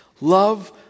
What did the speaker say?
love